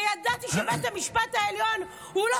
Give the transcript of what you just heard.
וידעתי שבית המשפט העליון הוא לא